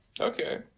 Okay